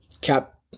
Cap